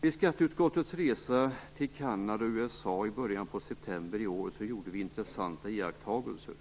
Vid skatteutskottets resa till Kanada och USA i början på september i år gjorde vi intressanta iakttagelser.